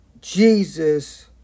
Jesus